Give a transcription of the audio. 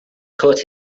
caught